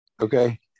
Okay